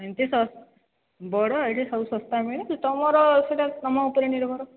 ଏମିତି ବଡ଼ ଏଇଠି ସବୁ ଶସ୍ତା ମିଳେ ତମର ସେଇଟା ତମ ଉପରେ ନିର୍ଭର